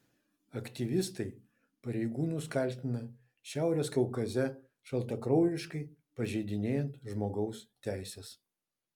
aktyvistai pareigūnus kaltina šiaurės kaukaze šaltakraujiškai pažeidinėjant žmogaus teises